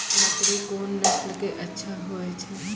बकरी कोन नस्ल के अच्छा होय छै?